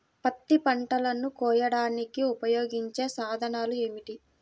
పత్తి పంటలను కోయడానికి ఉపయోగించే సాధనాలు ఏమిటీ?